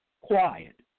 quiet